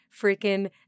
freaking